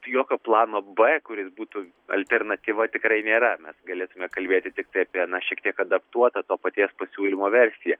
jokio plano b kuris būtų alternatyva tikrai nėra mes galėtume kalbėti tiktai na šiek tiek adaptuotą to paties pasiūlymo versiją